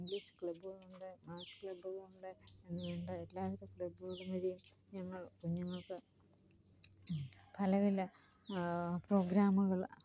English ക്ലബ്ബുകളുണ്ട് arts ക്ലബ്ബുകളുണ്ട് എന്ന് വേണ്ട എല്ലാവിധ ക്ലബ്ബുകൾ വഴിയും ഞങ്ങള് കുഞ്ഞുങ്ങൾക്ക് പല പല പ്രോഗ്രാമുകൾ